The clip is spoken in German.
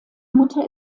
mutter